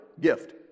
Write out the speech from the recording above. Gift